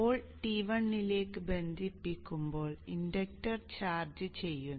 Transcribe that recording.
Paul T1 ലേക്ക് ബന്ധിപ്പിക്കുമ്പോൾ inductor charge ചെയ്യുന്നു